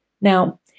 Now